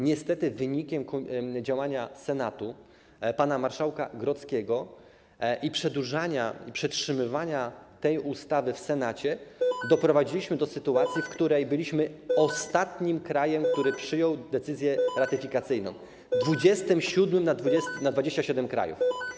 Niestety wynikiem działania Senatu, pana marszałka Grodzkiego i przedłużania, przetrzymywania tej ustawy w Senacie doprowadziliśmy do sytuacji, w której byliśmy ostatnim krajem, który przyjął decyzję ratyfikacyjną, 27. na 27 krajów.